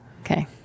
Okay